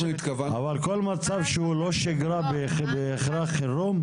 אבל כל מצב שהוא לא שגרה, בהכרח הוא מצב חירום?